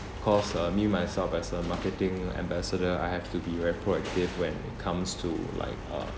cause uh me myself as a marketing ambassador I have to be very proactive when it comes to like uh